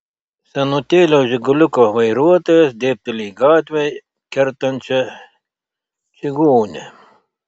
senutėlio žiguliuko vairuotojas dėbteli į gatvę kertančią čigonę